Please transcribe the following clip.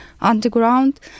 underground